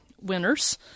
winners